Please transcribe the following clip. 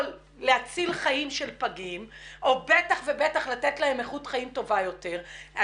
להציל חיים של פגים או בטח לתת להם איכות חיים טובה יותר,